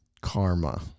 karma